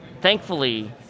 thankfully